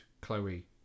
Chloe